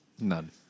None